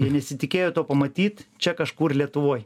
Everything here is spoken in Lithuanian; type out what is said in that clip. jie nesitikėjo to pamatyt čia kažkur lietuvoj